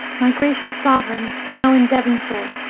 my gracious sovereign, now in devonshire,